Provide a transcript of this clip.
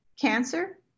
cancer